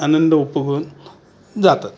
आनंद उपभोगून जातात